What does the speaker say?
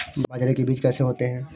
बाजरे के बीज कैसे होते हैं?